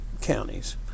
counties